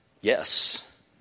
Yes